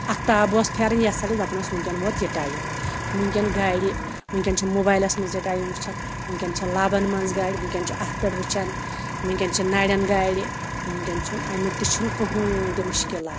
اَختاب اوس پھیران یَتھ سایڈَس دَپان اوس وٕنۍکٮ۪ن ووت یہِ ٹایم وٕنۍکٮ۪ن گَڑِ وٕنۍکٮ۪ن چھِ موبایلَس منٛز یہِ ٹایم وٕچھان وٕنۍکٮ۪ن چھِ لَبَن منٛز گَڑِ وٕنۍکٮ۪ن چھِ اَتھ پٮ۪ٹھ وٕچھان وٕنۍکٮ۪ن چھِ نَرٮ۪ن گَڑِ وٕنۍکٮ۪ن چھُنہٕ اَمیُک تہِ چھِنہٕ کٕہٕنۍ تہِ مُشکلات